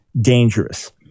dangerous